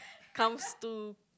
comes to